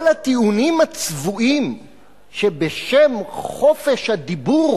כל הטיעונים הצבועים שבשם חופש הדיבור